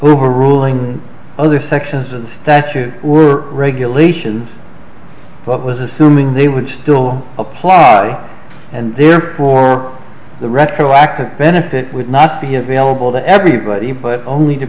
were ruling other sections of that were regulation but was assuming they would still a potty and therefore the retroactive benefit would not be available to everybody but only to